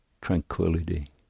tranquility